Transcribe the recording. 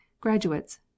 graduates